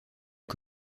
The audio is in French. est